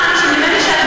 רגע, שנייה.